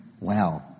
Wow